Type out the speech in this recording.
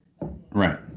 Right